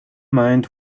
mind